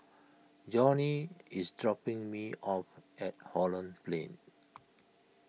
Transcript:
Johny is dropping me off at Holland Plain